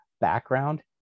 background